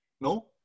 No